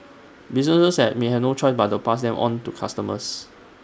businesses said may have no choice but to pass them on to customers